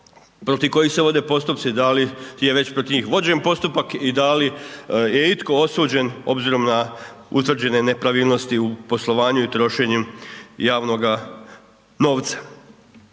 protiv kojih se vode postupci, da li je već protiv njih vođen postupak i da li je itko osuđen obzirom na utvrđene nepravilnosti u poslovanju i trošenju javnoga novca.